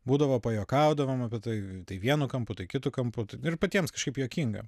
būdavo pajuokaudavom apie tai tai vienu kampu tai kitu kampu ir patiems kažkaip juokinga